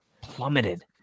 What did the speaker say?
plummeted